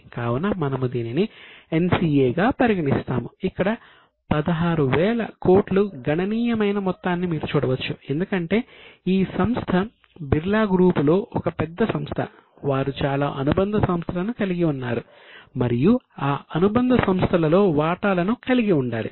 కావున మనము దీనిని NCAగా పరిగణిస్తాము ఇక్కడ 16000 కోట్ల గణనీయమైన మొత్తాన్ని మీరు చూడవచ్చు ఎందుకంటే ఈ సంస్థ బిర్లా గ్రూపులో ఒక పెద్ద సంస్థ వారు చాలా అనుబంధ సంస్థలను కలిగి ఉన్నారు మరియు ఆ అనుబంధ సంస్థలలో వాటాలను కలిగి ఉండాలి